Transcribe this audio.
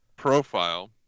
profile